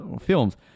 films